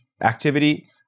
activity